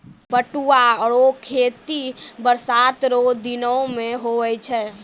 पटुआ रो खेती बरसात रो दिनो मे हुवै छै